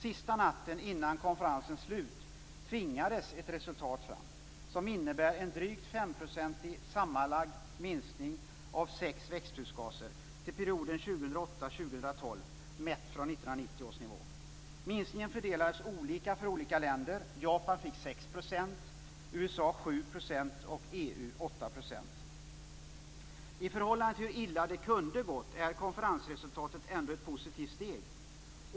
Sista natten före konferensens slut tvingades ett resultat fram, som innebär en drygt 5-procentig sammanlagd minskning av sex växthusgaser till perioden 2008 I förhållande till hur illa det kunde ha gått är konferensresultatet ändå ett positivt steg.